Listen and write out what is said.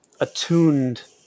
attuned